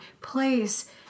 place